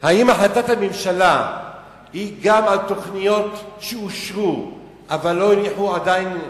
האם החלטת הממשלה היא גם על תוכניות שאושרו אבל לא הונחו עדיין,